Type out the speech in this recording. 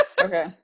okay